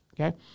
Okay